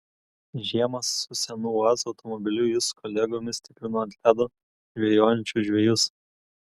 žiemą su senu uaz automobiliu jis su kolegomis tikrino ant ledo žvejojančius žvejus